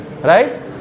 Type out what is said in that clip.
right